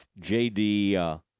JD